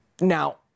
Now